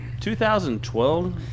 2012